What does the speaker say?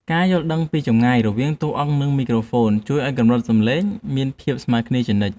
ការយល់ដឹងពីចម្ងាយរវាងតួអង្គ និង មីក្រូហ្វូនជួយឱ្យកម្រិតសំឡេងមានភាពស្មើគ្នាជានិច្ច។